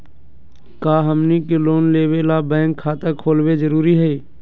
का हमनी के लोन लेबे ला बैंक खाता खोलबे जरुरी हई?